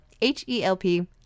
H-E-L-P